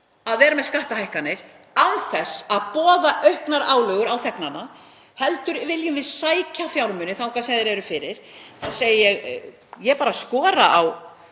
að vera með skattahækkanir, án þess að boða auknar álögur á þegnana heldur viljum við sækja fjármuni þangað sem þeir eru fyrir og því skora